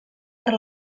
per